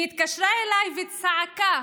היא התקשרה אליי וצעקה: